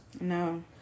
No